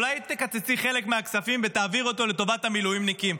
אולי תקצצי חלק מהכספים ותעבירי אותו לטובת המילואימניקים?